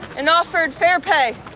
and offered fair pay.